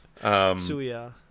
Suya